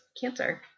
cancer